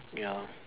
ya